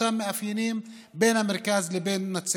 אותם מאפיינים במרכז ובנצרת,